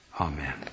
Amen